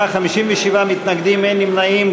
בעד, 39, 57 מתנגדים, אין נמנעים.